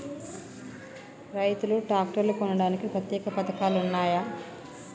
రైతులు ట్రాక్టర్లు కొనడానికి ప్రత్యేక పథకాలు ఉన్నయా?